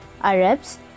Arabs